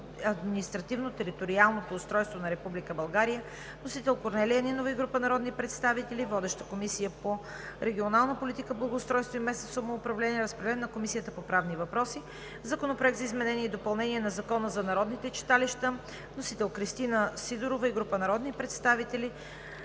административно-териториалното устройство на Република България. Вносител е Корнелия Нинова и група народни представители. Водеща е Комисията по регионална политика, благоустройство и местно самоуправление. Разпределен е и на Комисията по правни въпроси. Законопроект за изменение и допълнение на Закона за народните читалища. Вносител е Кристина Сидорова и група народни представители.